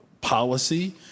policy